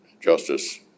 Justice